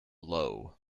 low